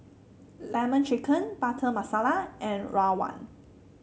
lemon chicken Butter Masala and rawon